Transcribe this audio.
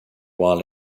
while